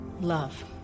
Love